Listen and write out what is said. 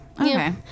okay